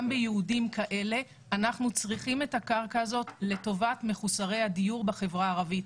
אנחנו צריכים את הקרקע הזאת לטובת מחוסרי הדיור בחברה הערבית.